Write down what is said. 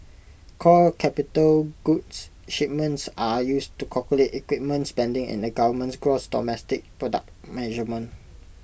core capital goods shipments are used to calculate equipment spending in the government's gross domestic product measurement